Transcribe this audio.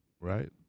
Right